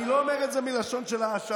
אני לא אומר את זה בלשון של האשמה.